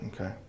okay